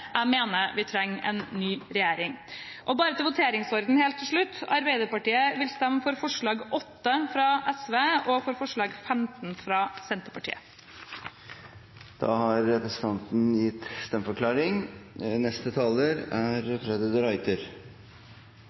Jeg mener vi trenger en ny regjering. Bare til voteringsordenen, helt til slutt: Arbeiderpartiet vil stemme for forslag nr. 8, fra SV, og for forslag nr. 15, fra Senterpartiet.